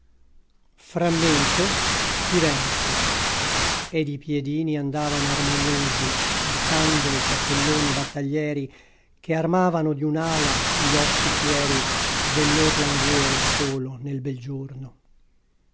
frammento firenze ed i piedini andavano armoniosi portando i cappelloni battaglieri che armavano di un'ala gli occhi fieri del lor languore solo nel bel giorno